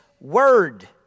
word